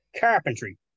Carpentry